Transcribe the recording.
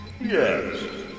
Yes